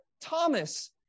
Thomas